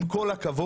עם כל הכבוד,